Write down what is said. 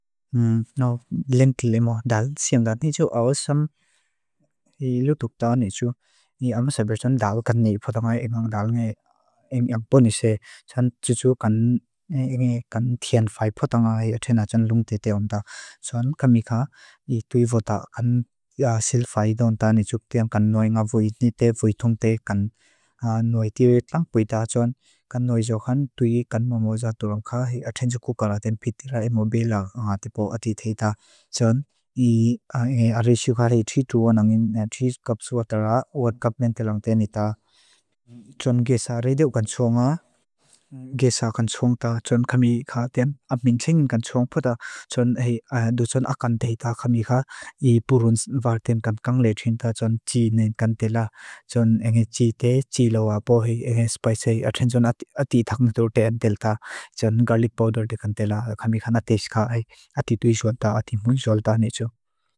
Náu lénti lémo dál siangda. Ní chu awasam hi liutukta ní chu ni ámasabérchan dál kané pota ngái engang dál ngé emiagpónise chan chuchu kan engé kan tianfai pota ngái até na chan lung tete ondá. Chan kamiká tui vota silfá idónta ní chu ktiam kan nói ngá vui nite vui tungte kan nói tiritlang puita chan kan nói xóxan tui kan mamóza tulang ká hi até ní chukuka latén pitirá emobila ángá típó atí téi tá. Chan engé aré xúká ré tuitúan ángé tuit kapsu atá rá awat kaps men télang ténita. Chan gesa rédéu kan tsónga, gesa kan tsóngta, chan kamiká tém áp míntséng kan tsóng pota, chan hé adó chan akántéitá kamiká é purún vár tém kamkáng lé trínta, chan tsí nén kan télá, chan engé tsí té, tsí lóa bó hei, engé spáisei até chan atí tá ngá duruté áng télta, chan garlic powder de kan télá kamiká nátéshká ái atí tuísuatá atí.